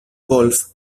golf